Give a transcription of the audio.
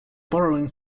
borrowing